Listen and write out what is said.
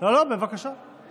אבל מהר, הוא